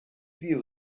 view